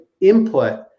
input